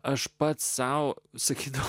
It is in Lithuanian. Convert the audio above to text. aš pats sau sakydavau